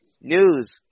news